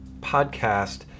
podcast